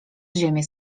ziemię